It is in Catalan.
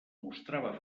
mostrava